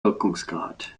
wirkungsgrad